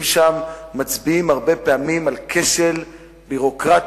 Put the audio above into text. שם מצביעים הרבה פעמים על כשל ביורוקרטי,